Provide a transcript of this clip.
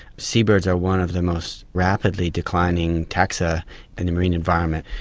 seabirds are one of the most rapidly declining taxa in the marine environment.